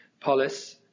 polis